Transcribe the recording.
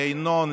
לינון,